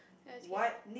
okay